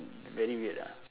very weird ah